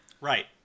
Right